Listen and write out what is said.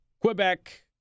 Quebec